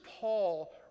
Paul